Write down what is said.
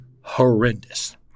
horrendous